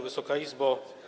Wysoka Izbo!